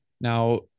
Now